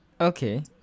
Okay